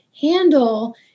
handle